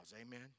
Amen